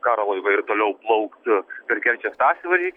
karo laivai ir toliau plauktų per kerčės sąsiaurį